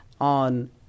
on